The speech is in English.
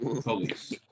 police